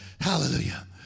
Hallelujah